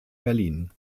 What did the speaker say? berlin